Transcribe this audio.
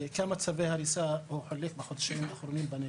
כמה צווי הריסה היו בחודשים האחרונים בנגב?